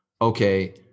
okay